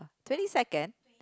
twenty second